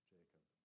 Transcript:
Jacob